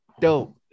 dope